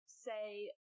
say